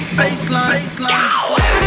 baseline